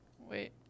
Wait